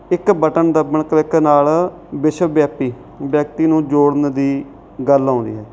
ਇੱਕ ਬਟਣ ਦੱਬਣ ਕਲਿੱਕ ਨਾਲ ਵਿਸ਼ਵ ਵਿਆਪੀ ਵਿਅਕਤੀ ਨੂੰ ਜੋੜਨ ਦੀ ਗੱਲ ਆਉਂਦੀ ਹੈ